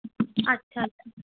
আচ্ছা আচ্ছা